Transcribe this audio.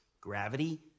gravity